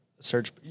Search